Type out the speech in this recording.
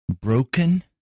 broken